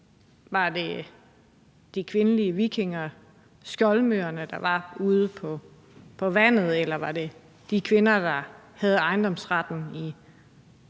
Var det de kvindelige vikinger, skoldmøerne, der var ude på vandet, eller var det de kvinder, der havde ejendomsretten for